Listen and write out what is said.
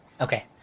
Okay